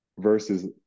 versus